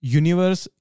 universe